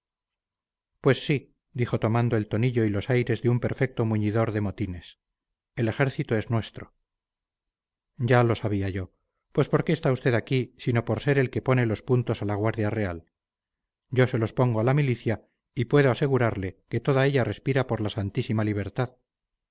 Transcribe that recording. pues sí dijo tomando el tonillo y los aires de un perfecto muñidor de motines el ejército es nuestro ya lo sabía yo pues por qué está usted aquí sino por ser el que pone los puntos a la guardia real yo se los pongo a la milicia y puedo asegurarle que toda ella respira por la santísima libertad